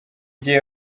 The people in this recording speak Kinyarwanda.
gihe